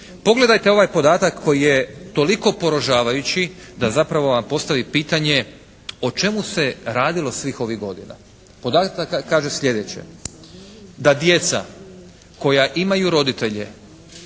Pogledajte ovaj podatak koji je toliko poražavajući da vam zapravo vam postavi pitanje o čemu se radilo svih ovih godina. Podataka kaže sljedeće, da djeca koja imaju roditelje